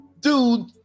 dude